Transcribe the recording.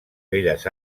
belles